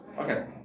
Okay